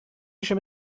eisiau